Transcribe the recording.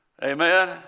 Amen